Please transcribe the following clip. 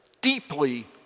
deeply